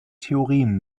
theorem